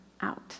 out